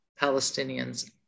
Palestinians